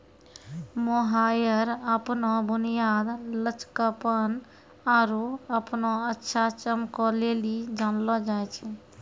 mohair अपनो बुनियाद, लचकपन आरु अपनो अच्छा चमको लेली जानलो जाय छै